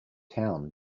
town